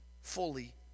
fully